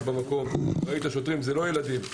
השוטרים הם לא ילדים,